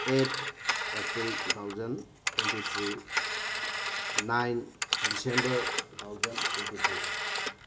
eight April two thousand twenty three nine December two thousand twenty three